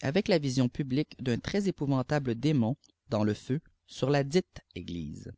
avec ja visioa publique d'un très épquvantable démon dans le feu sur la dite église